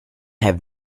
have